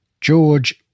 george